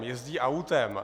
Jezdí autem.